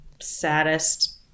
saddest